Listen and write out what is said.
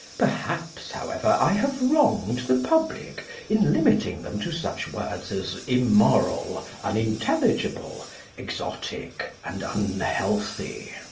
perhaps, however, i have wronged the public in limiting them to such words as immoral, unintelligible exotic, and unhealthy.